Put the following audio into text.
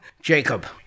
jacob